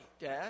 Dad